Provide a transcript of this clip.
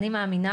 אני מאמינה,